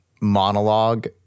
monologue